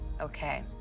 Okay